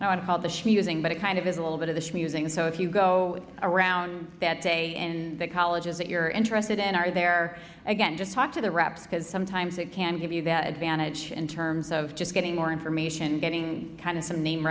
of the she using but it kind of is a little bit of the schmoozing so if you go around that day in the colleges that you're interested in are there again just talk to the wraps because sometimes it can give you that advantage in terms of just getting more information getting kind of some name